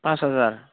pass हाजार